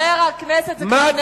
חבר הכנסת, זה כבר נאום של עשר דקות.